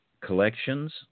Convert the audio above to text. collections